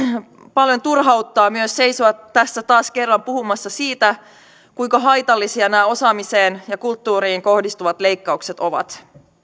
paljon myös turhauttaa seisoa tässä taas kerran puhumassa siitä kuinka haitallisia nämä osaamiseen ja kulttuuriin kohdistuvat leikkaukset ovat